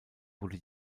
wurde